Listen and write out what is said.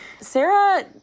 Sarah